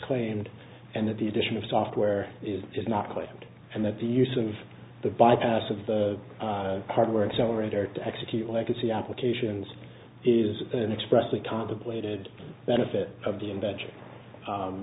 claimed and that the addition of software is just not claimed and that the use of the bypass of the hardware accelerator to execute legacy applications is an expressive contemplated benefit of the invent